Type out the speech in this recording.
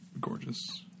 gorgeous